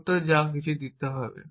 সত্য যা কিছু দিতে হবে